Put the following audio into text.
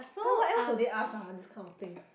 then what else will they ask ah this kind of thing